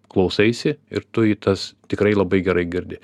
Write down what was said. klausaisi ir tu į tas tikrai labai gerai girdi